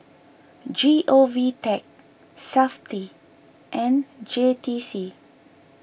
G O V Tech SAFTI and J T C